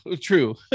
True